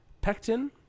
Pectin